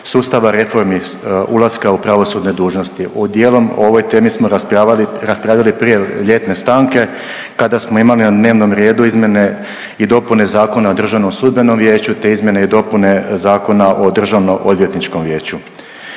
sustava reformi ulaska u pravosudne dužnosti u dijelom o ovoj temi smo raspravljali prije ljetne stanke kada smo imali na dnevnom redu izmjene i dopune Zakona o DSV-u te izmjene i dopune Zakona o DOV-u. Što se